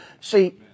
See